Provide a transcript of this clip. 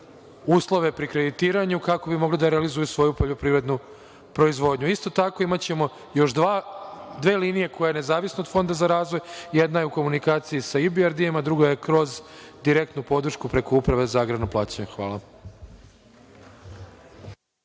uslove pri kreditiranju kako bi mogli da realizuju svoju poljoprivrednu proizvodnju. Isto tako, imaćemo još dve linije nezavisno od Fonda za razvoj, jedna je u komunikaciji sa EBRD-om, a druga je kroz direktnu podršku preko Uprave za agrarno plaćanje. Hvala